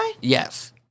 Yes